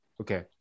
okay